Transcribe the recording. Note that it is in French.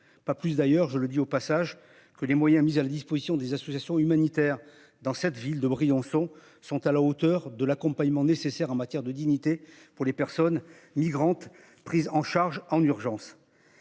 Pas plus d'ailleurs je le dis au passage que les moyens mis à la disposition des associations humanitaires dans cette ville de Briançon sont à la hauteur de l'accompagnement nécessaire en matière de dignité pour les personnes migrantes prise en charge en urgence.